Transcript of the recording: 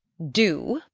do?